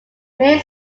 main